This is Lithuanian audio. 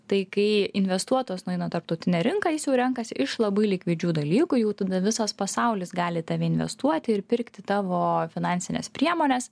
tai kai investuotojas nueina į tarptautinę rinką jis jau renkasi iš labai likvidžių dalykų jau tada visas pasaulis gali į tave investuoti ir pirkti tavo finansines priemones